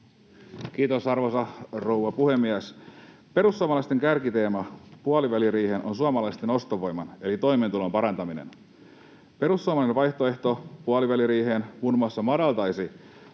Kiitos, arvoisa rouva puhemies! Perussuomalaisten kärkiteema puoliväliriiheen on suomalaisten ostovoiman eli toimeentulon parantaminen. Perussuomalainen vaihtoehto puoliväliriiheen muun muassa madaltaisi